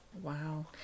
Wow